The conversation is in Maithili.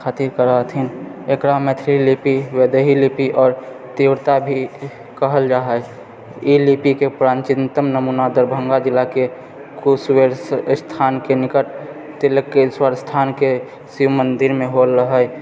खातिर करए रहथिन एकरा मैथिली लिपी वैदेही लिपी आओर तिरुहता भी कहल जा हइ ई लिपीके प्राचीनतम नमूना दरभङ्गा जिलाके कुशेश्वर स्थानके निकट तिलहेश्वर स्थानके शिव मन्दिरमे होल रहए